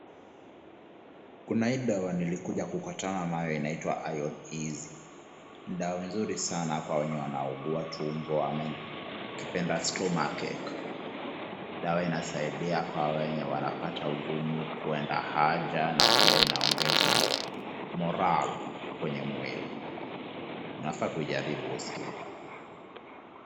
Kuna hii dawa nilikuja kukutana nawe inaitwa Ion Easy, dawa nzuri sana kwa wenye wanaugua tumbo, ama ukipenda stomachache , dawa inasaidia kwa wenye wanapata ugumu kwenda haja na pia inaongeza, morale kwenye mwili, unafaa kuijaribu usikie.